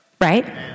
Right